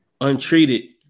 untreated